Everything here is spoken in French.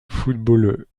football